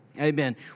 Amen